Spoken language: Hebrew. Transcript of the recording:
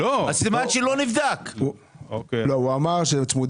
מה שאומר שזה לא נבדק.